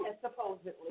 supposedly